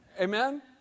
amen